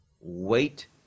wait